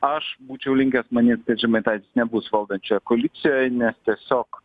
aš būčiau linkęs manyt kad žemaitaitis nebus valdančioje koalicijoj nes tiesiog